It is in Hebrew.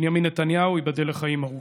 ובנימין נתניהו, ייבדל לחיים ארוכים.